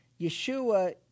Yeshua